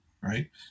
right